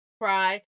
cry